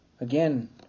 Again